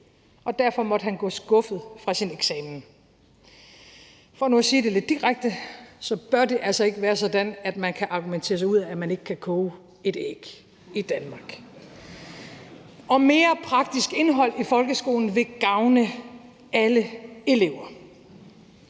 og derfor måtte han gå skuffet fra sin eksamen. For nu at sige det lidt direkte bør det altså ikke være sådan, at man i Danmark kan argumentere sig ud af, at man ikke kan koge et æg. Mere praktisk indhold i folkeskolen vil gavne alle elever.